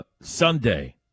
Sunday